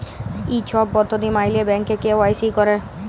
ই ছব পদ্ধতি ম্যাইলে ব্যাংকে কে.ওয়াই.সি ক্যরে